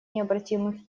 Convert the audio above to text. необратимых